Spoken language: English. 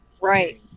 Right